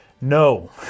No